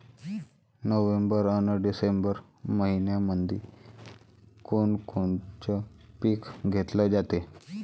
November अन December मइन्यामंधी कोण कोनचं पीक घेतलं जाते?